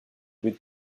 with